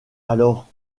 alors